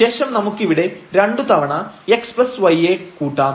|fxy 0|x2y2|x||y| ശേഷം നമുക്കിവിടെ രണ്ടുതവണ |x||y| യെ കൂട്ടാം